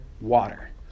water